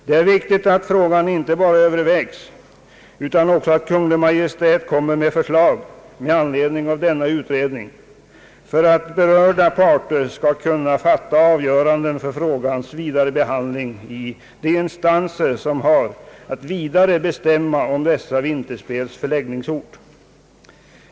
Det är viktigt att frågan inte bara övervägs, utan att Kungl. Maj:t också kommer med förslag med anledning av denna utredning för att berörda parter skall kunna fatta avgöranden för ärendets vidare behandling i de instanser som har att bestämma om förläggningsort för dessa vinterspel.